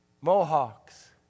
mohawks